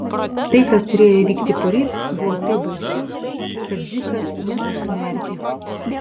tai kas turėjo įvykti poryt buvo taip baisu kad dzikas net užsimerkė